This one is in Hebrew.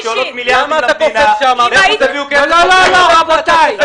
שעולות מיליארדים למדינה תביאו כסף לבריאות.